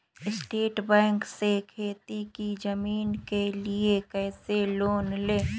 State bank से खेती की जमीन के लिए कैसे लोन ले?